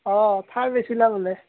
অঁ থাৰ বেচিলা বোলে